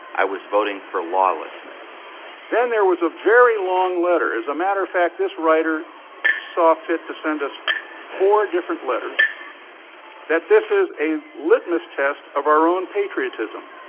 i was voting for lawlessness then there was a very long letter. as a matter of fact, this writer saw fit to send us four different letters that this is a litmus test of our own patriotism.